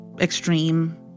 extreme